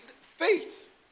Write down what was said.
faith